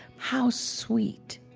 how sweet,